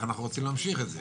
איך אנחנו רוצים להמשיך את זה?